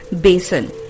basin